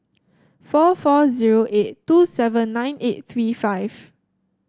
four four zero eight two seven nine eight three five